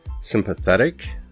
sympathetic